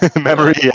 memory